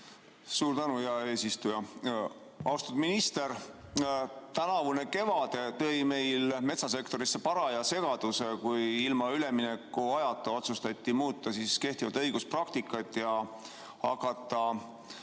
Suur tänu, hea eesistuja! Austatud minister! Tänavune kevad tõi meil metsasektorisse paraja segaduse, kui ilma üleminekuajata otsustati muuta kehtivat õiguspraktikat ja hakata